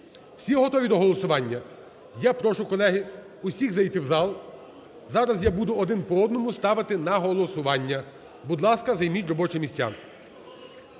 Всі готові для голосування? Я прошу, колеги, усіх зайти в зал. Зараз я буду один по одному ставити на голосування. Будь ласка, займіть робочі місця.